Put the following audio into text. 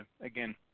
again